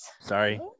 Sorry